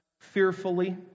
Fearfully